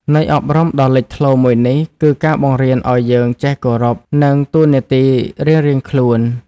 ន័យអប់រំដ៏លេចធ្លោមួយនេះ គឺការបង្រៀនឱ្យយើងចេះគោរព និងតួនាទីរៀងៗខ្លួន។